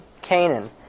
Canaan